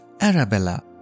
Arabella